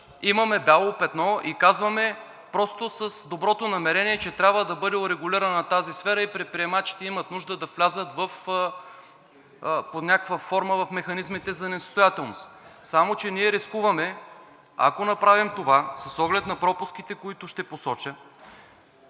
имаме бяло петно и казваме просто с доброто намерение, че трябва да бъде урегулирана тази сфера и предприемачите имат нужда да влязат под някаква форма в механизмите за несъстоятелност. Само че ние рискуваме, ако направим това, с оглед на пропуските, които ще посоча.